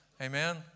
Amen